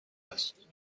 است